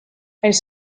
elles